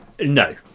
No